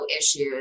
issues